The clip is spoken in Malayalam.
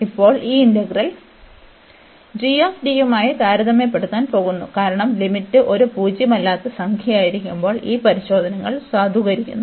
ഇപ്പോൾ ഈ ഇന്റഗ്രൽ g യുമായി താരതമ്യപ്പെടുത്താൻ പോകുന്നു കാരണം ലിമിറ്റ് ഒരു പൂജ്യമല്ലാത്ത സംഖ്യയായിരിക്കുമ്പോൾ ഈ പരിശോധനകൾ സാധുകരിക്കുന്നു